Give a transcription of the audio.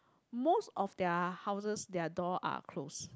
most of their houses their door are closed